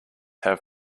have